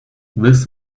this